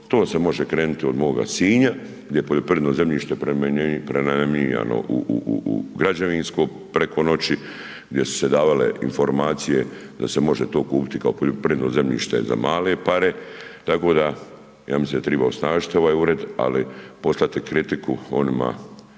to se može krenuti od moga Sinja, gdje je poljoprivredno zemljište prenamjenjivano u građevinsko preko noći, gdje su se davale informacije da se to može kupiti kao poljoprivredno zemljište za male pare. Tako da ja mislim, da triba osnažiti ovaj ured, ali poslati kritiku onima